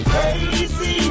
Crazy